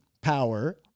power